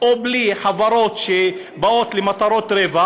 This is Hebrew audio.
או בלי חברות שבאות למטרות רווח,